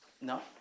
No